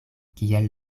kiel